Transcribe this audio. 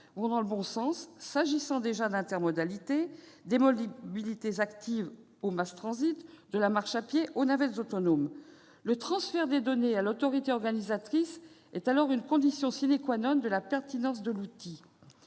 -vont dans le bon sens s'agissant déjà d'intermodalités, des mobilités actives au, de la marche à pied aux navettes autonomes. Le transfert des données à l'autorité organisatrice est alors une condition de la pertinence de l'outil.